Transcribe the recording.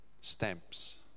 stamps